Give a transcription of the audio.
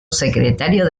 secretario